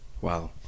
Wow